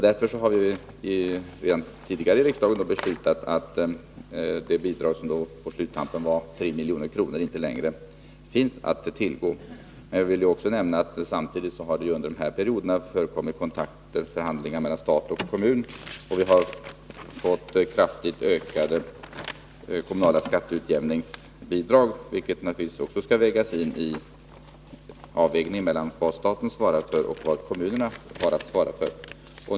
Därför har vi redan tidigare i riksdagen beslutat att detta bidrag, som på slutet utgick med 3 milj.kr., inte längre skall finnas att tillgå. Jag vill också nämna att det samtidigt under de här perioderna har förekommit förhandlingar mellan stat och kommun. Vi har fått kraftigt ökade kommunala skatteutjämningsbidrag, vilket naturligtvis också skall tas med vid avvägningen mellan det staten svarar för och det kommunerna svarar för.